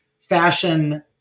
fashion